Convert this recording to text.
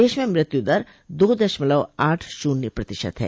देश में मृत्यु दर दो दशमलव आठ शून्य प्रतिशत है